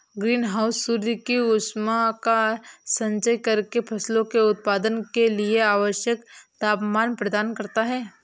green house सूर्य की ऊष्मा का संचयन करके फसलों के उत्पादन के लिए आवश्यक तापमान प्रदान करता है